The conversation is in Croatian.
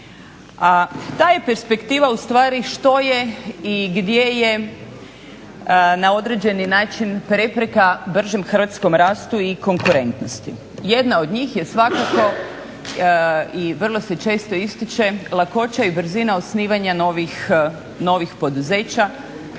ta je perspektiva ustvari što je i gdje je na određeni način prepreka bržem hrvatskom rastu i konkurentnosti. Jedna od njih je svakako i vrlo se često ističe lakoća i brzina osnivanja novih poduzeća